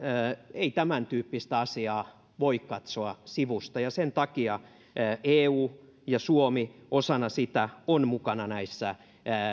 ei tämäntyyppistä asiaa voi katsoa sivusta ja sen takia eu ja suomi osana sitä on mukana näissä